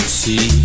see